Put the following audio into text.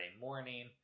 morning